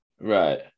Right